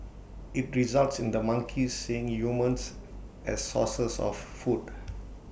IT results in the monkeys seeing humans as sources of food